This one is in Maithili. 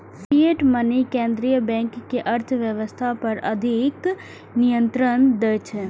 फिएट मनी केंद्रीय बैंक कें अर्थव्यवस्था पर अधिक नियंत्रण दै छै